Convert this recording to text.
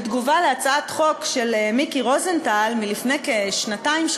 בתגובה על הצעת חוק של מיקי רוזנטל מלפני כשנתיים-שלוש,